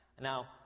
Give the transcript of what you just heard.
now